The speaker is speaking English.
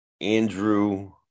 Andrew